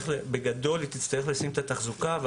בגדול, היא תצטרך לשים את התחזוקה.